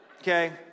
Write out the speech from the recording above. Okay